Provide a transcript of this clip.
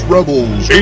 Rebels